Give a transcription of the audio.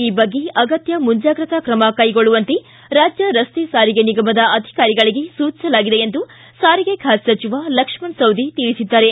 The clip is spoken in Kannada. ಈ ಬಗ್ಗೆ ಅಗತ್ಯ ಮುಂಜಾಗ್ರತಾ ಕ್ರಮ ಕೈಗೊಳ್ಳುವಂತೆ ರಾಜ್ಯ ರಸ್ತೆ ಸಾರಿಗೆ ನಿಗಮದ ಅಧಿಕಾರಿಗಳಿಗೆ ಸೂಚಿಸಲಾಗಿದೆ ಎಂದು ಸಾರಿಗೆ ಖಾತೆ ಸಚಿವ ಲಕ್ಷ್ಮಣ ಸವದಿ ತಿಳಿಸಿದ್ದಾರೆ